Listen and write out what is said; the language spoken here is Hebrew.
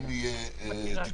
אם יהיה תיקונים,